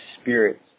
spirits